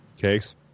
Cakes